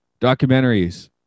documentaries